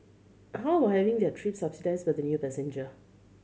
how having their trip subsidised by the new passenger